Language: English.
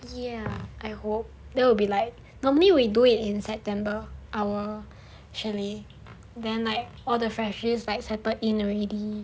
ya I hope there will be like normally we do it in september our chalet then like all the freshies settled in already